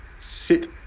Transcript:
sit